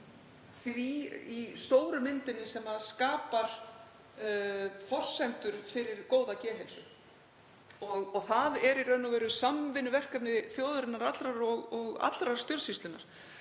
því í stóru myndinni sem skapar forsendur fyrir góða geðheilsu. Það er í raun og veru samvinnuverkefni þjóðarinnar allrar og allrar stjórnsýslunnar